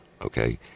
Okay